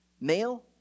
male